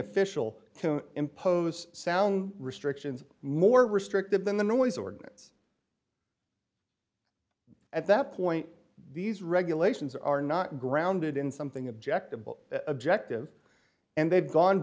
official impose sound restrictions more restrictive than the noise ordinance at that point these regulations are not grounded in something objective but objective and they've gone